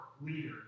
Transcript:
leader